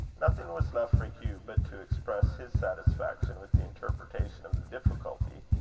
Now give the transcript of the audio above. nothing was left for hugh but to express his satisfaction with the interpretation of the difficulty,